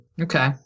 okay